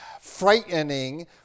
frightening